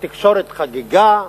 התקשורת חגגה,